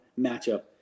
matchup